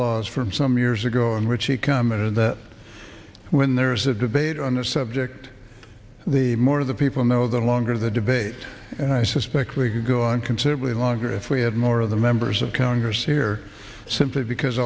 laws from some years ago in which you come in and when there is a debate on the subject the more of the people know the longer the debate and i suspect we can go on considerably longer if we have more of the members of congress here simply because